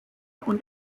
und